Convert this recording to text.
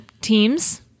teams